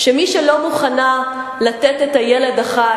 דבר נוסף,